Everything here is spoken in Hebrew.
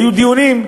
היו דיונים,